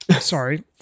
Sorry